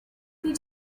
did